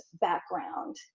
background